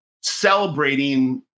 celebrating